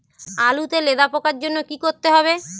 আলুতে লেদা পোকার জন্য কি করতে হবে?